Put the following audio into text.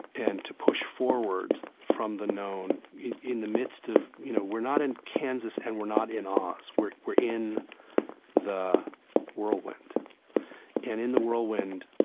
and to push forward from the known in in the midst of, you know, we're not in kansas and we're not in oz. we're we're in the whirlwind and in the whirlwind,